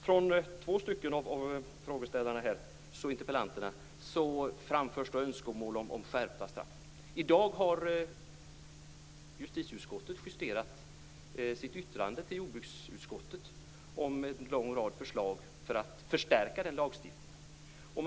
Från två av interpellanterna framförs önskemål om skärpta straff. I dag har justitieutskottet justerat sitt yttrande till jordbruksutskottet om en lång rad förslag för att förstärka den lagstiftningen.